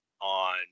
on